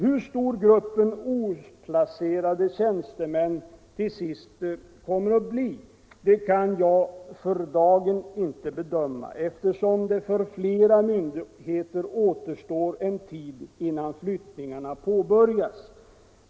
Hur stor gruppen omplacerade tjänstemän till sist kommer att bli kan jag för dagen inte bedöma, eftersom det för flera myndigheter återstår en tid innan flyttningarna påbörjas.